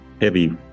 heavy